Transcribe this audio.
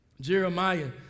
Jeremiah